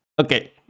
Okay